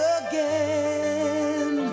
again